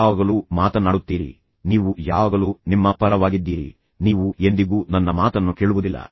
ಯಾವಾಗಲೂ ಮಾತನ್ನಾಡುತ್ತೀರಿ ನೀವು ಯಾವಾಗಲೂ ನಿಮ್ಮ ಪರವಾಗಿದ್ದೀರಿ ನೀವು ಎಂದಿಗೂ ನನ್ನ ಮಾತನ್ನು ಕೇಳುವುದಿಲ್ಲ